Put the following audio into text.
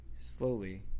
Slowly